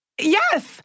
Yes